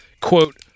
Quote